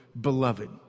beloved